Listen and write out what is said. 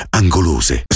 angolose